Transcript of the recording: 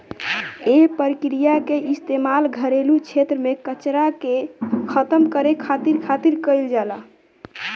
एह प्रक्रिया के इस्तेमाल घरेलू क्षेत्र में कचरा के खतम करे खातिर खातिर कईल जाला